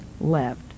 left